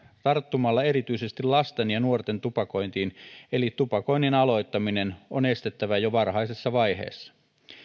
tarttumalla erityisesti lasten ja nuorten tupakointiin eli tupakoinnin aloittaminen on estettävä jo varhaisessa vaiheessa